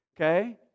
Okay